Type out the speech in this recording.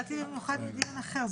יצאתי במיוחד מדיון אחר.